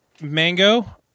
mango